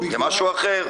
זה משהו אחר.